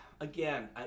again